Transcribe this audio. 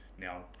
Now